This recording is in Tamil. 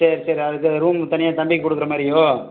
சரி சரி அதுக்கு ரூம் தனியாக தம்பிக்கு கொடுக்குறமாரியோ